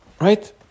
right